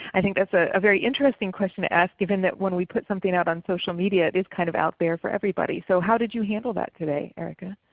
i think that's a very interesting question to ask given that when we put something out on social media it is kind of out there for everybody. so how did you handle that today? erica